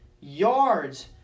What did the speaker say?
yards